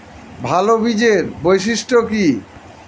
ভাল বীজের বৈশিষ্ট্য কী?